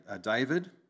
David